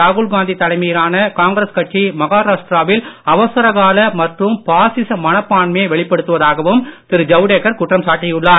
ராகுல் காந்தி தலைமையிலான காங்கிரஸ் கட்சி மகாராஷ்டிராவில் அவசரகால மற்றும் பாசிச மனப்பான்மையை வெளிப்படுத்துவதாகவும் திரு ஜவடேக்கர் குற்றம் சாட்டியுள்ளார்